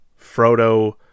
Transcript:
Frodo